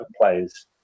players